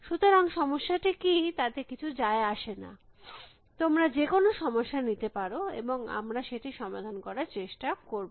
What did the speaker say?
সুতরাং সমস্যাটি কী তাতে কিছু যায় আসে না তোমরা যে কোনো সমস্যা নিতে পারো এবং আমরা সেটি র সমাধান করার চেষ্টা করব